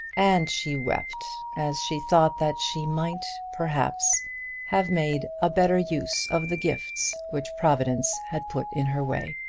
and she wept as she thought that she might perhaps have made a better use of the gifts which providence had put in her way.